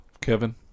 Kevin